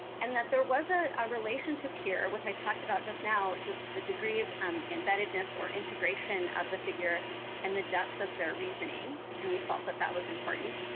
and that there was ah a relationship here, which i talked about just now, which was the degree of um embeddedness or integration of the figure and the depth of their reasoning. and we felt that that was important.